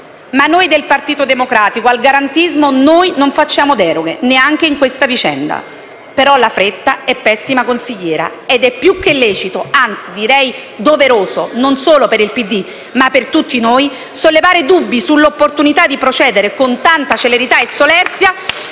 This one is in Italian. Noi del Partito Democratico al garantismo non facciamo deroghe, neanche in questa vicenda. Ma la fretta è pessima consigliera. Ed è più che lecito, anzi direi doveroso, non solo per il PD ma per tutti noi, sollevare dubbi sull'opportunità di procedere con tanta celerità e solerzia